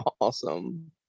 awesome